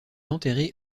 enterré